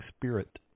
spirit